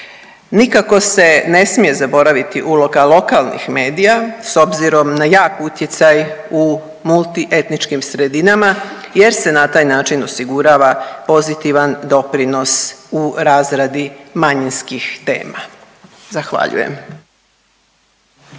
Nikako se ne smije zaboraviti uloga lokalnih medija s obzirom na jak utjecaj u multietničkim sredinama jer se na taj način osigurava pozitivan doprinos u razradi manjinskih tema, zahvaljujem.